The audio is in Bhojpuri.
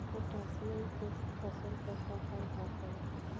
पोटेशियम के फसल पर का प्रभाव पड़ेला?